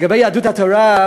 לגבי יהדות התורה,